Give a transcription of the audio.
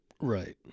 right